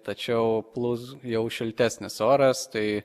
tačiau plus jau šiltesnis oras tai